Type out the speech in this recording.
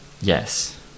yes